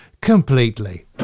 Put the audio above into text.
completely